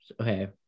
Okay